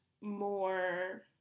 more